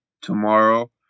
tomorrow